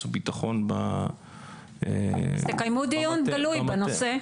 והביטחון -- אז תקיימו דיון גלוי בנושא.